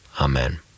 Amen